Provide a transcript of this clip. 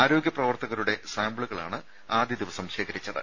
ആരോഗ്യ പ്രവർത്തകരുടെ സാമ്പിളുകളാണ് ആദ്യ ദിവസം ശേഖരിച്ചത്